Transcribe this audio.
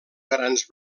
grans